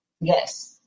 Yes